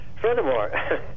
furthermore